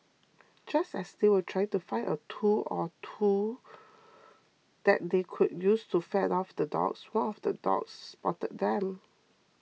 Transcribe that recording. just as they were trying to find a tool or two that they could use to fend off the dogs one of the dogs spotted them